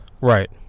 Right